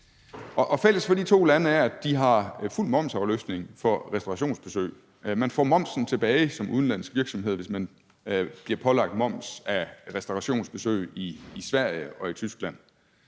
Og fælles for de to lande er, at de har fuld momsafløftning på restaurationsbesøg: Man får momsen tilbage som udenlandsk virksomhed, hvis man bliver pålagt moms af restaurationsbesøg i Sverige og i Tyskland.